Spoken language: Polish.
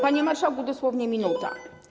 Panie marszałku, dosłownie minuta.